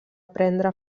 prendre